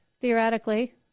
theoretically